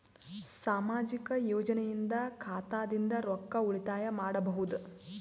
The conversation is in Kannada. ಸಾಮಾಜಿಕ ಯೋಜನೆಯಿಂದ ಖಾತಾದಿಂದ ರೊಕ್ಕ ಉಳಿತಾಯ ಮಾಡಬಹುದ?